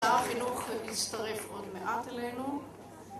שר החינוך יצטרף עוד מעט אלינו